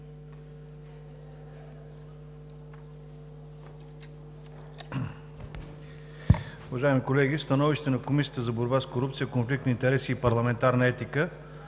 Благодаря